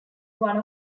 one